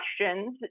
questions